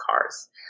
cars